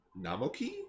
Namoki